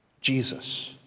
Jesus